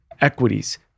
equities